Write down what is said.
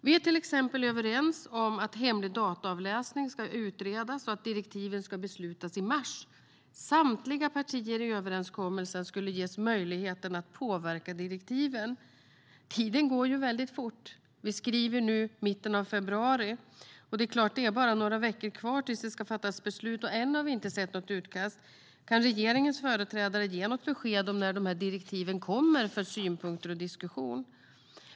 Vi är till exempel överens om att hemlig dataavläsning ska utredas och att direktiven ska beslutas om i mars. Samtliga partier i överenskommelsen skulle ges möjligheten att påverka direktiven. Tiden går fort. Vi skriver nu mitten av februari, och det är bara några veckor kvar tills det ska fattas beslut. Ännu har vi inte sett något utkast. Kan regeringens företrädare ge något besked om när direktiven kommer för synpunkter och diskussion?